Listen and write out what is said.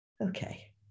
Okay